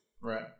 Right